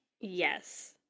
Yes